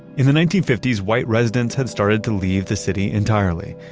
in the nineteen fifty s, white residents had started to leave the city entirely.